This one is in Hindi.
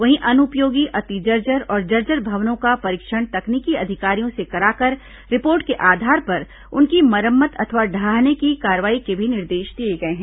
वहीं अनुपयोगी अति जर्जर और जर्जर भवनों का परीक्षण तकनीकी अधिकारियों से कराकर रिपोर्ट के आधार पर उनकी मरम्मत अथवा ढहाने की कार्रवाई के भी निर्देश दिए गए हैं